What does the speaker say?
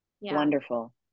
Wonderful